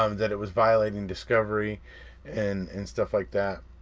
um that it was violating discovery and and stuff like that.